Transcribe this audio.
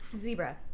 Zebra